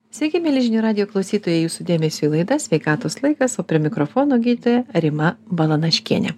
sveiki mieli žinių radijo klausytojai jūsų dėmesiui laida sveikatos laikas o prie mikrofono gydytoja rima balanaškienė